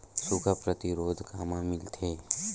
सुखा प्रतिरोध कामा मिलथे?